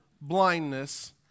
blindness